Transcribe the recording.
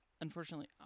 unfortunately